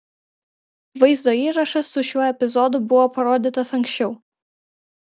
vaizdo įrašas su šiuo epizodu buvo parodytas anksčiau